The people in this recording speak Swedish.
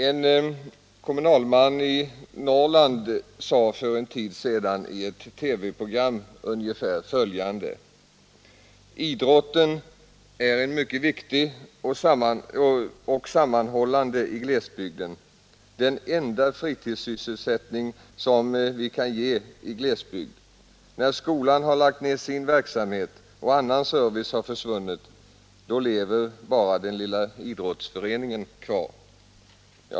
En kommunalman i Norrland sade för en tid sedan i ett TV-program ungefär följande: Idrotten är en mycket viktig sammanhållande faktor i glesbygden, den enda fritidssysselsättning som vi kan ge i glesbygden. När skolan har lagts ned och annan service har försvunnit lever bara den lilla idrottsföreningen kvar.